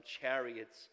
chariots